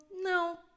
No